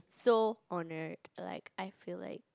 so honored like I feel like